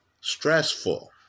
stressful